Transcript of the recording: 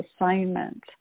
assignment